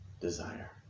desire